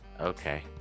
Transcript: Okay